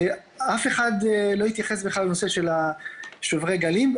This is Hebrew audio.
ואף אחד לא התייחס בכלל לנושא של שוברי הגלים.